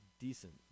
decent